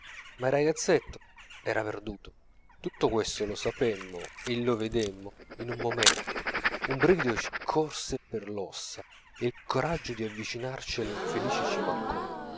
ma il ragazzetto era perduto tutto questo lo sapemmo e lo vedemmo in un momento un brivido ci corse per l'ossa e il coraggio di avvicinarci all'infelice ci mancò